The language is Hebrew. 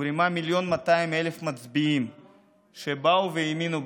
הוא רימה מיליון ו-200,000 מצביעים שבאו והאמינו בו.